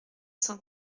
cent